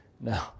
No